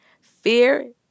fear